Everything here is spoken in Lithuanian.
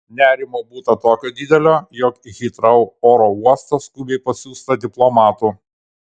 nerimo būta tokio didelio jog į hitrou oro uostą skubiai pasiųsta diplomatų